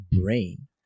brain